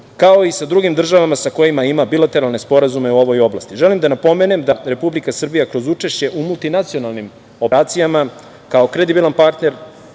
kao i sa drugim državama sa kojima ima bilateralne sporazume u ovoj oblasti. Želim da napomenem da Republika Srbija kroz učešće u multinacionalnim operacijama, kao kredibilan partner,